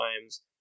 times